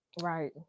right